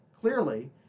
clearly